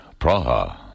Praha